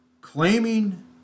claiming